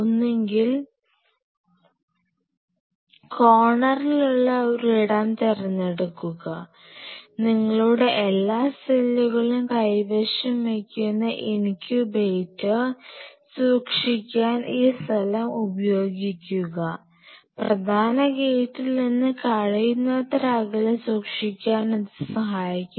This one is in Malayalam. ഒന്നുകിൽ കോർണറിലുള്ള ഒരു ഇടം തിരഞ്ഞെടുക്കുക നിങ്ങളുടെ എല്ലാ സെല്ലുകളും കൈവശം വയ്ക്കുന്ന ഇൻക്യൂബേറ്റർ സൂക്ഷിക്കാൻ ഈ സ്ഥലം ഉപയോഗിക്കുക പ്രധാന ഗേറ്റിൽ നിന്ന് കഴിയുന്നത്ര അകലെ സൂക്ഷിക്കാൻ ഇത് സഹായിക്കും